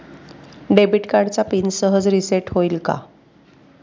Debit कार्डचा pin सहज reset होईल का?